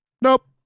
nope